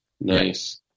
Nice